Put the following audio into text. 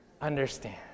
Understand